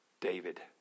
David